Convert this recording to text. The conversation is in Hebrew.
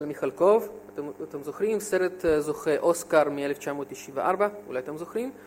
אני חלקוב אתם זוכרים סרט זוכה אוסקאר מ1994 אולי אתם זוכרים